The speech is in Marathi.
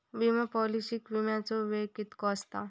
विमा पॉलिसीत विमाचो वेळ कीतको आसता?